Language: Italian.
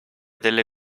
delle